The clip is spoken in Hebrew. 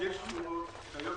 יש עיריות שהיום